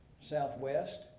Southwest